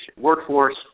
Workforce